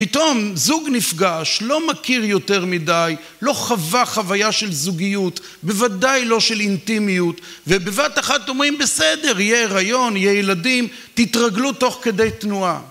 פתאום זוג נפגש, לא מכיר יותר מדי, לא חווה חוויה של זוגיות, בוודאי לא של אינטימיות ובבת אחת אומרים בסדר, יהיה הריון, יהיה ילדים, תתרגלו תוך כדי תנועה